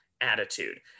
attitude